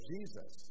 Jesus